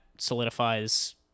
solidifies